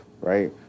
right